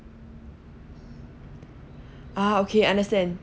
ah okay understand